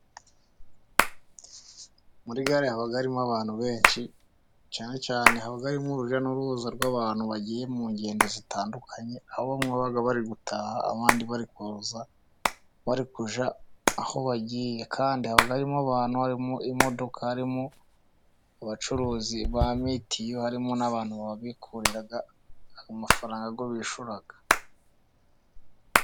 Muri gare haba harimo abantu benshi. Cyane cyane haba harimo urujya n'uruza rw'abantu bagiye mu ngendo zitandukanye. Aho bamwe baba bari gutaha abandi bari kuza. Abandi bari kujya aho bagiye. Kandi haba harimo abantu, harimo imodoka harimo abacuruzi ba mitiyu harimo n'abantu bakorera mafaranga ngo bishyura.